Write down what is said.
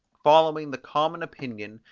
following the common opinion,